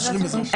מאשרים וזהו.